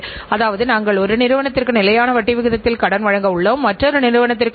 ஆனால் அதே நேரத்தில் அவற்றை புதுப்பித்து வைத்துக் கொள்ளுங்கள்